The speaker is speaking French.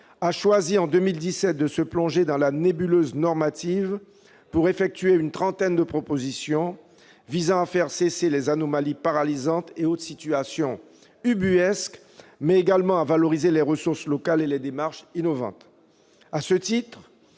a choisi, en 2017, de se plonger dans la nébuleuse normative pour aboutir à une trentaine de propositions visant à faire cesser les anomalies paralysantes et autres situations ubuesques, mais également à valoriser les ressources locales et les démarches innovantes. À ce titre,